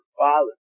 father